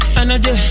energy